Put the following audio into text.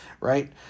right